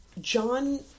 John